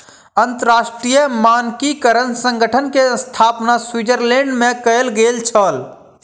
अंतरराष्ट्रीय मानकीकरण संगठन के स्थापना स्विट्ज़रलैंड में कयल गेल छल